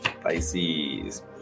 pisces